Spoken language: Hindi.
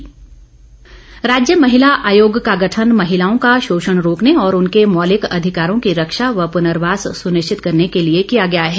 महिला आयोग राज्य महिला आयोग का गठन महिलाओं का शोषण रोकने और उनके मौलिक अधिकारों की रक्षा व पुर्नवास सुनिश्चित करने के लिए किया गया है